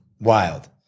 Wild